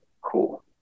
cool